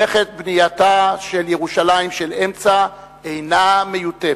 מלאכת בנייתה של ירושלים של אמצע אינה מיותמת.